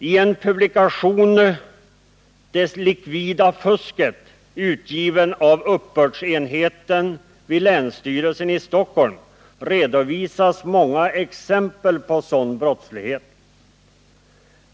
I publikationen Det likvida fusket, utgiven av uppbördsenheten vid länsstyrelsen i Stockholm, redovisas många exempel på sådan brottslighet.